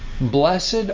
Blessed